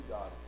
God